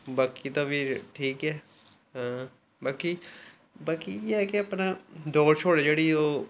बाकी तां प्ही ठीक ऐ बाकी बाकी इ'यै की अपना दौड़ जेह्ड़ी ऐ ओह्